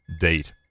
date